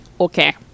Okay